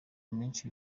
menshi